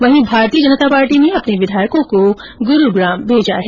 वहीं भारतीय पार्टी ने अपने विधायकों को गुरूग्राम भेजा है